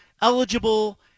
eligible